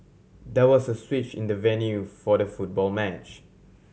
there was a switch in the venue for the football match